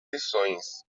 lições